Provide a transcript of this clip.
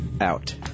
out